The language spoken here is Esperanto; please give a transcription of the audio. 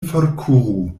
forkuru